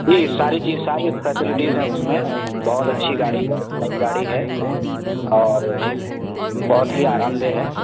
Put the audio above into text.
جی ساری چیز ساری فیسلٹیز ہیں اس میں بہت اچھی گاڑی ہے نئی گاڑی ہے اور بہت ہی آرام دہ ہے